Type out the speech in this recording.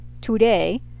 today